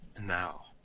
now